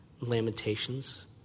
Lamentations